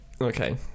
Okay